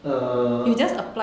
err